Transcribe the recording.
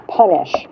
punish